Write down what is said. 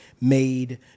made